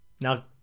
Now